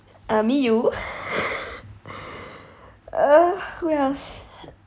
uh me you uh who else